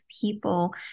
people